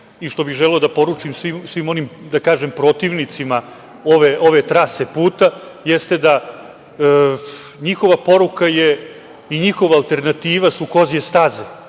i što bih želeo da poručim svim onim da kažem protivnicima ove trase puta jeste da su njihova poruka i njihova alternativa kozije staze.